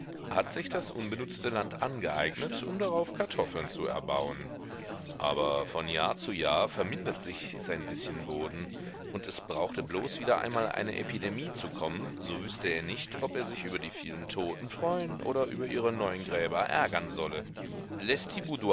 hat sich das unbenutzte land angeeignet um darauf kartoffeln zu erbauen aber von jahr zu jahr vermindert sich sein bißchen boden und es brauchte bloß wieder einmal eine epidemie zu kommen so wüßte er nicht ob er sich über die vielen toten freuen oder über ihre neuen gräber ärgern solle